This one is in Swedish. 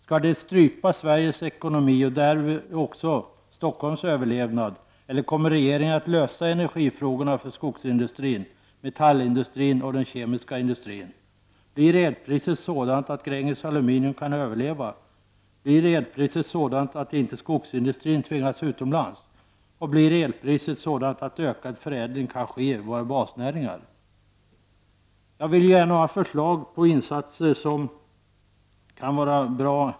Skall den strypa Sveriges ekonomi och därmed också Stockholms överlevnad? Eller kommer regeringen att lösa energifrågorna för skogsindustrin, metallindustrin och den kemiska industrin? Blir elpriser sådant att Gränges Aluminium kan överleva? Blir elpriset sådant att inte skogsindustrin tvingas utomlands? Blir elpriset sådant att ökad förädling kan ske i våra basnäringar? Jag vill ge några förslag till insatser som kan vara bra.